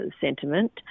sentiment